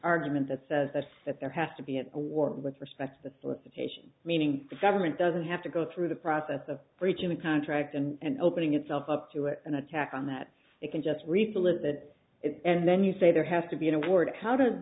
argument that says that there has to be at work with respect to the solicitation meaning the government doesn't have to go through the process of reaching a contract and opening itself up to it an attack on that it can just repeal it and then you say there has to be an award how did